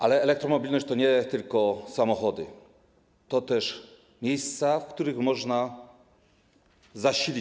Ale elektromobilność to nie tylko samochody, to też miejsca, w których można je zasilić.